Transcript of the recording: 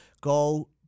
go